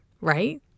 right